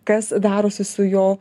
kas darosi su jo